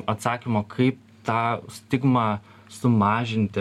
atsakymo kaip tą stigmą sumažinti